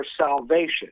salvation